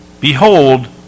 Behold